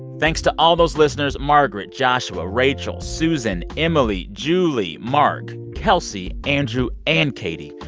thanks to all those listeners margaret, joshua, rachel, susan, emily, julie, mark, kelsey, andrew and katie.